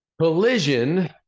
Collision